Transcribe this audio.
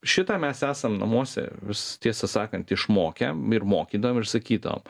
šitą mes esam namuose is tiesą sakant išmokę ir mokydavom ir sakydavom